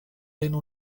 reino